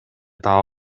таап